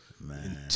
Man